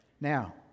Now